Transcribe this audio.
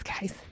guys